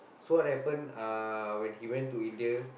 so what happen uh when he went to India